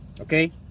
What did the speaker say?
okay